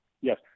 Yes